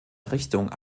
richtung